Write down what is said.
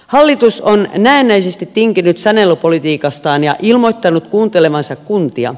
hallitus on näennäisesti tinkinyt sanelupolitiikastaan ja ilmoittanut kuuntelevansa kuntia